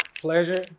pleasure